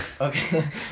Okay